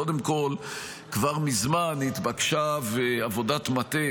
קודם כול, כבר מזמן היא התבקשה, ועבודת מטה